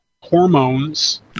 hormones